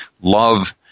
Love